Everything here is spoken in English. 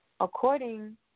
According